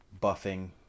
buffing